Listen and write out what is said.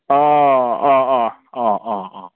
अह अह अह अह अह अह